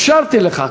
אפשרתי לך,